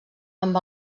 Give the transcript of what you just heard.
amb